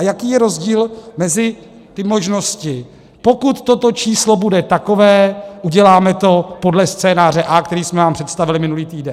Jaký je rozdíl mezi těmi možnostmi: pokud toto číslo bude takové, uděláme to podle scénáře A, který jsme vám představili minulý týden.